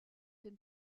den